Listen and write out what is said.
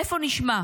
איפה נשמע?